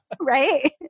Right